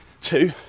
two